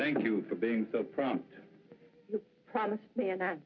thank you for being so prompt you promised me and i